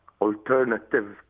alternative